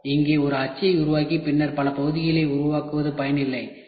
எனவே இங்கே ஒரு அச்சை உருவாக்கி பின்னர் பல பகுதிகளை உருவாக்குவது பயனில்லை